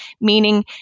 meaning